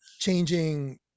changing